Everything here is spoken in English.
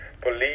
police